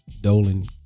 Dolan